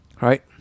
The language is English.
Right